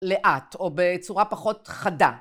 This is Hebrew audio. לאט, או בצורה פחות חדה.